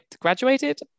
graduated